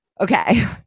Okay